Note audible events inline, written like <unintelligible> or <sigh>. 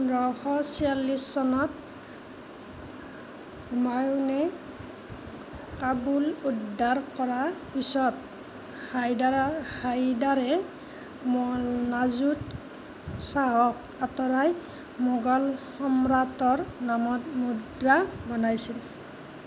পোন্ধৰশ চিয়াল্লিছ চনত হুমায়ুনে কাবুল উদ্ধাৰ কৰাৰ পিছত <unintelligible> হাইদাৰে <unintelligible> নাজুক শ্বাহক আঁতৰাই মোগল সম্ৰাটৰ নামত মুদ্ৰা বনাইছিল